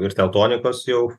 ir teltonikos jau